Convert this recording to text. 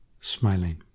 smiling